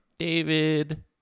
David